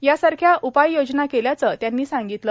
यासारख्या उपाययोजना केल्याचं त्यांनी सांगितलं